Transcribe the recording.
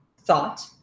thought